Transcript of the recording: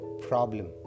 problem